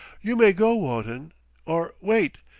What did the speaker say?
you may go, wotton or, wait.